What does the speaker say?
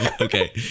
Okay